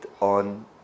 on